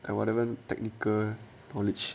and whatever technical knowledge